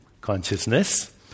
consciousness